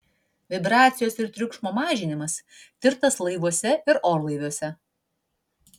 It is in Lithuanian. vibracijos ir triukšmo mažinimas tirtas laivuose ir orlaiviuose